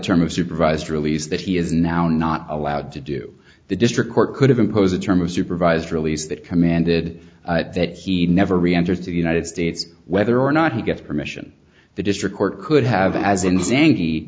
term of supervised release that he is now not allowed to do the district court could have imposed a term of supervised release that commanded that he never reenter to united states whether or not he gets permission the district court could have as in san